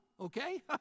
okay